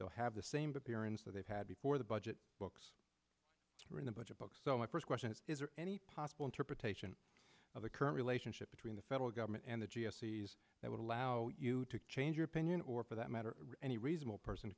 they'll have the same but parents that they've had before the budget books are in the budget books so my first question is is there any possible interpretation of the current relationship between the federal government and the g s e's that would allow you to change your opinion or for that matter any reasonable person